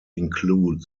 include